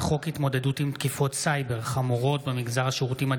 הצעת ועדת החוקה חוק ומשפט